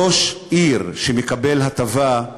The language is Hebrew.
ראש עיר שמקבל הטבה,